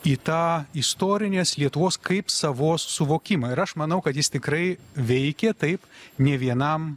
į tą istorinės lietuvos kaip savos suvokimą ir aš manau kad jis tikrai veikė taip nė vienam